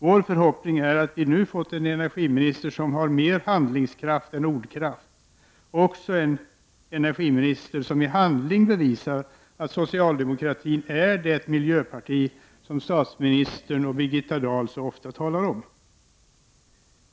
Vår förhoppning är att vi nu har fått en energiminister som har mer handlingskraft än ordkraft, en energiminister som i handling bevisar att socialdemokratin är det miljöparti som statsministern och Birgitta Dahl så ofta talar om.